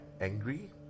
angry